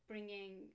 Bringing